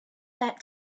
that